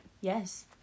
yes